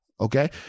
Okay